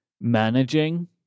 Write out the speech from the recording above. managing